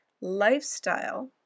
lifestyle